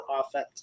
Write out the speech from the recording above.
offense